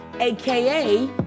AKA